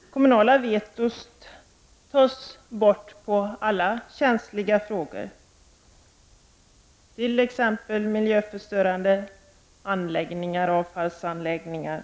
Det kommunala vetot tas bort i alla känsliga frågor, exempelvis frågor som rör miljöförstörande anläggningar och avfallsanläggningar.